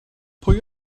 pwy